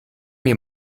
mir